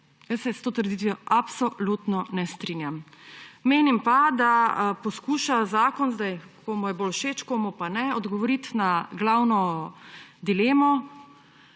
Jaz se s to trditvijo absolutno ne strinjam. Menim pa, da poskuša zakon – komu je bolj všeč, komu pa ne – odgovoriti na glavno dilemo,